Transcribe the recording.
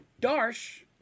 Darsh